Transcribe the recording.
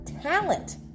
talent